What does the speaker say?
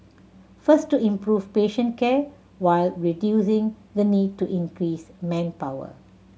first to improve patient care while reducing the need to increase manpower